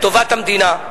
לטובת המדינה,